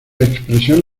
expresión